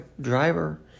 driver